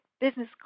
business